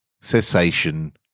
cessation